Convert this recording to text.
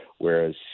whereas